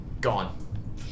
Gone